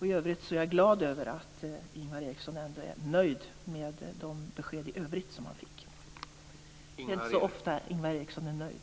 I övrigt är jag glad över att Ingvar Eriksson ändå är nöjd med de besked i övrigt som han fick. Det är inte så ofta Ingvar Eriksson är nöjd.